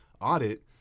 audit